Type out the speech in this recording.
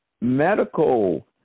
medical